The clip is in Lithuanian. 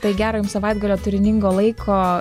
tai gero jum savaitgalio turiningo laiko